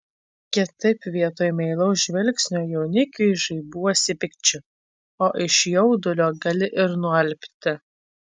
kitaip vietoj meilaus žvilgsnio jaunikiui žaibuosi pykčiu o iš jaudulio gali ir nualpti